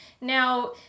Now